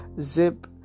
Zip